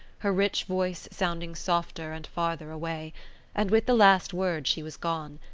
her rich voice sounding softer and farther away and with the last word she was gone,